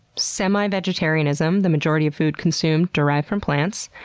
semi-vegetarianism, the majority of food consumed derived from plants,